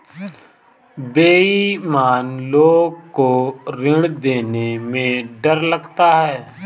बेईमान लोग को ऋण देने में डर लगता है